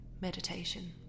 Meditation